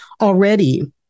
already